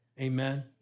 Amen